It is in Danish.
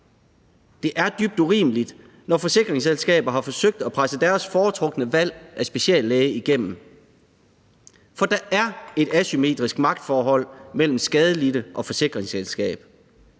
Det er dybt urimeligt, når forsikringsselskaber har forsøgt at presse deres foretrukne valg af speciallæge igennem. For der er et asymmetrisk magtforhold mellem den skadelidte og forsikringsselskabet.